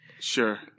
Sure